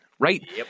Right